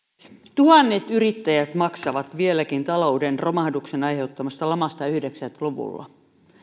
tuhannet yrittäjät maksavat vieläkin talouden romahduksen aiheuttamasta lamasta yhdeksänkymmentä luvulla